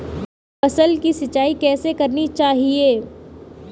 फसल की सिंचाई कैसे करनी चाहिए?